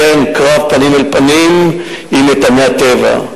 כן, קרב פנים אל פנים, עם איתני הטבע.